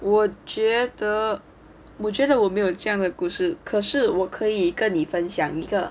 我觉得我觉得我没有这样的故事可是我可以跟你分享一个